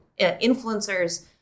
influencers